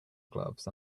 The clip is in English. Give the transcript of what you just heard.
gloves